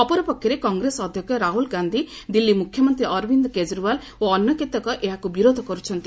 ଅପରପକ୍ଷରେ କଂଗ୍ରେସ ଅଧ୍ୟକ୍ଷ ରାହ୍ରଲ ଗାନ୍ଧି ଦିଲ୍ଲୀ ମୁଖ୍ୟମନ୍ତ୍ରୀ ଅରବିନ୍ଦ କେଜରିୱାଲ୍ଏବଂ ଅନ୍ୟ କେତେକ ଏହାକୁ ବିରୋଧ କର୍ରଛନ୍ତି